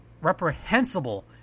reprehensible